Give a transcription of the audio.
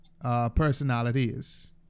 personalities